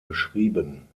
beschrieben